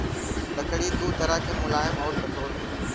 लकड़ी दू तरह के मुलायम आउर कठोर होला